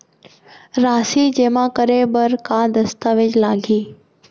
राशि जेमा करे बर का दस्तावेज लागही?